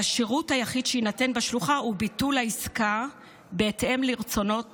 והשירות היחיד שיינתן בשלוחה הוא ביטול העסקה בהתאם לרצונות